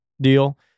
deal